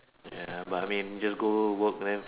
ya but I mean just go work then